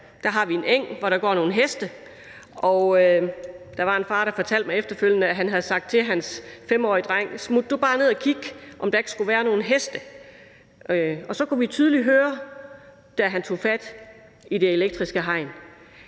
have har vi en eng, hvor der går nogle heste. Og der var en far, der efterfølgende fortalte mig, at han havde sagt til sin 5-årige dreng: Smut du bare ned og se, om der ikke skulle være nogle heste. Og så kunne vi tydeligt høre, da han tog fat i det elektriske hegn.